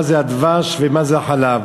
מה זה הדבש ומה זה החלב?